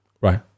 Right